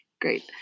great